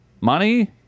money